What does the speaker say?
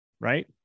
Right